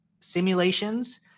simulations